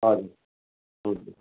हजुर हुन्छ